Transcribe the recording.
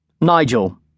Nigel